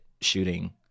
shooting